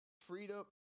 freedom